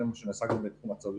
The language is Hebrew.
זה מה שנעשה גם בתחום הצוללות,